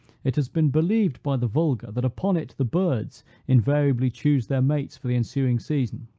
it has been believed by the vulgar, that upon it the birds invariably choose their mates for the ensuing season.